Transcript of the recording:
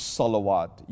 salawat